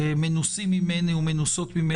ומנוסים ומנוסות ממני מנהלים אותה.